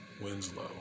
Winslow